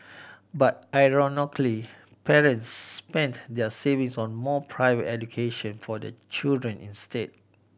but ironically parents spent there savings on more private education for their children instead